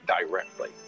directly